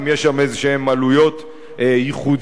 אם יש שם איזשהן עלויות ייחודיות